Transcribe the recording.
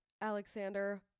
Alexander